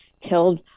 killed